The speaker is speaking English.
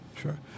Sure